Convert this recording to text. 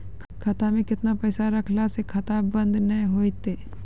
खाता मे केतना पैसा रखला से खाता बंद नैय होय तै?